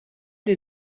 les